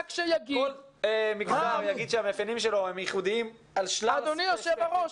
כל מגזר יגיד שהמאפיינים שלו הם ייחודיים על שלל --- אדוני היו"ר,